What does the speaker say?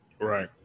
Right